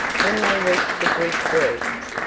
when they reached the bridge works,